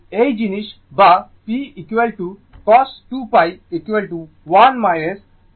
এই জিনিস বা p cos 2 1 2 sin 2